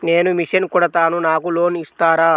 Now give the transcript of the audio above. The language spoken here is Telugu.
నేను మిషన్ కుడతాను నాకు లోన్ ఇస్తారా?